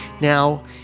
Now